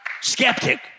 skeptic